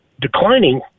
declining